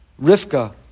Rivka